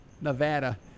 Nevada